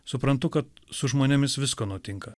suprantu kad su žmonėmis visko nutinka